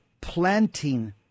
planting